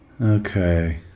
Okay